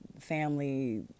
family